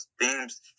themes